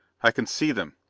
i can see them.